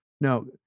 No